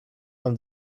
man